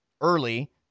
early